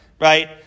right